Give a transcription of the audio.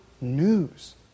news